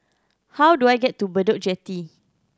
how do I get to Bedok Jetty